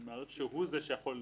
אני מעריך שהוא זה שיכול.